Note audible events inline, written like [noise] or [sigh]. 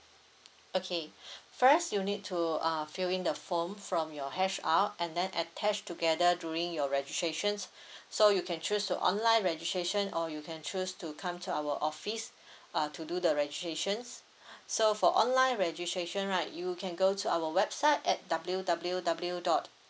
okay [breath] first you need to uh fill in the form from your H_R and then attached together during your registrations [breath] so you can choose to online registration or you can choose to come to our office uh to do the registrations [breath] so for online registration right you can go to our website at W W W dot